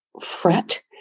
fret